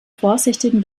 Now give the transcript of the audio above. vorsichtigen